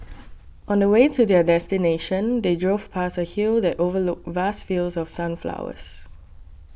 on the way to their destination they drove past a hill that overlooked vast fields of sunflowers